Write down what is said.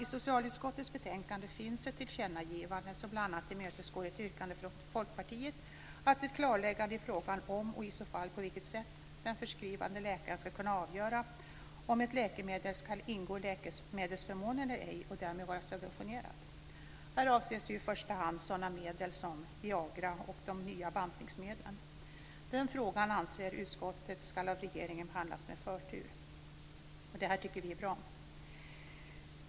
I socialutskottets betänkande finns ett tillkännagivande som bl.a. tillmötesgår ett yrkande från Folkpartiet om ett klarläggande i frågan om och i så fall på vilket sätt den förskrivande läkaren skall kunna avgöra om ett läkemedel skall ingå i läkemedelsförmånen eller ej och därmed vara subventionerat. Här avses i första hand medel som Viagra och de nya bantningsmedlen. Den frågan anser utskottet att regeringen skall behandla med förtur. Det tycker vi är bra.